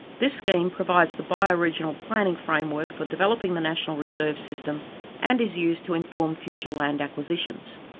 this scheme provides the bioregional planning framework for developing the national reserve system and is used to inform future land acquisitions.